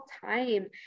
time